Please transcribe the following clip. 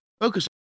focus